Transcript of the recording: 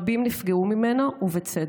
רבים נפגעו ממנו, ובצדק.